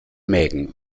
mägen